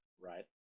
Right